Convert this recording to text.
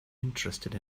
interested